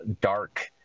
dark